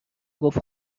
گفت